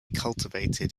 cultivated